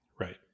right